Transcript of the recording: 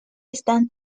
están